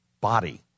body